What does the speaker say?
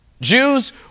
Jews